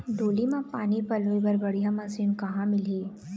डोली म पानी पलोए बर बढ़िया मशीन कहां मिलही?